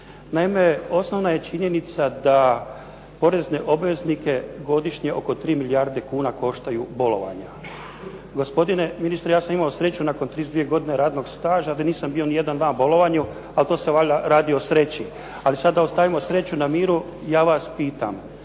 Naime, osnovna je činjenica da porezne obveznike godišnje oko 3 milijarde kuna koštaju bolovanja. Gospodine ministre, ja sam imao sreću nakon 32 godine staža da nisam bio nijedan dan na bolovanju ali to se valjda radi o sreći. Ali sada ostavimo sreću na miru. Ja vas pitam